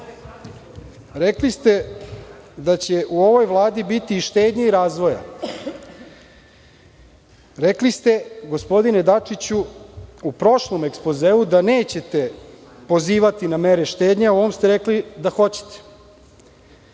Rekli ste da će u ovoj Vladi biti i štednje i razvoja. Rekli ste gospodine Dačiću u prošlom ekspozeu da nećete pozivati na mere štednje, a u ovom ste rekli da hoćete. Zanima